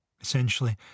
Essentially